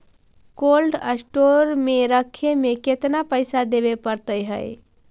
Cold store में रखे में केतना पैसा देवे पड़तै है?